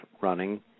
running